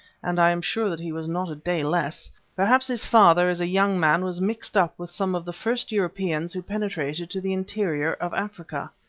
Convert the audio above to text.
and i am sure that he was not a day less, perhaps his father, as a young man, was mixed up with some of the first europeans who penetrated to the interior of africa.